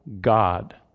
God